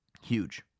Huge